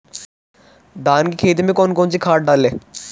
धान की खेती में कौन कौन सी खाद डालें?